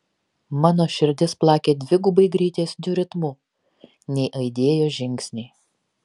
mano širdis plakė dvigubai greitesniu ritmu nei aidėjo žingsniai